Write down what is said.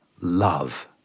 love